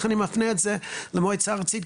לכן אני מפנה את זה למועצה הארצית,